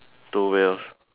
two wheels